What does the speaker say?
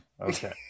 Okay